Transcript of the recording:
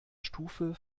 stufe